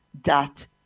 dot